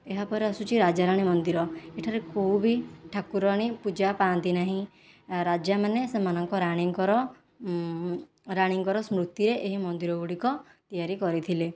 ଏହାପରେ ଆସୁଛି ରାଜାରାଣୀ ମନ୍ଦିର ଏଠାରେ କେଉଁ ବି ଠାକୁରାଣୀ ପୂଜା ପାଆନ୍ତି ନାହିଁ ରାଜାମାନେ ସେମାନଙ୍କ ରାଣୀଙ୍କର ରାଣୀଙ୍କର ସ୍ମୃତିରେ ଏହି ମନ୍ଦିର ଗୁଡ଼ିକ ତିଆରି କରିଥିଲେ